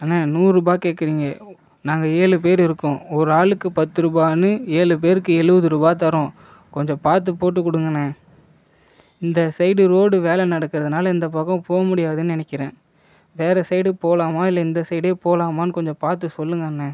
அண்ணே நூறுரூபா கேட்கறீங்க நாங்கள் ஏழு பேர் இருக்கோம் ஒரு ஆளுக்கு பத்து ரூபாய்ன்னு ஏழு பேருக்கு எழுவது ரூபாய் தரோம் கொஞ்சம் பார்த்து போட்டு கொடுங்கண்ணே இந்த சைடு ரோடு வேலை நடக்கறதுனால் இந்த பக்கம் போக முடியாதுன்னு நினைக்கறேன் வேறு சைடு போகலாமா இல்லை இந்த சைடே போகலாமான்னு கொஞ்சம் பார்த்து சொல்லுங்கள் அண்ணே